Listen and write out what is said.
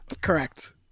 correct